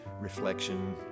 reflection